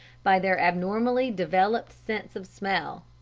by their abnormally developed sense of smell.